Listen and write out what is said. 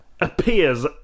appears